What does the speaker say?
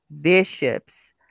bishops